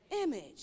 image